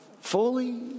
Fully